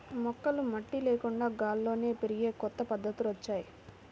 మొక్కలు మట్టి లేకుండా గాల్లోనే పెరిగే కొత్త పద్ధతులొచ్చాయ్